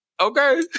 Okay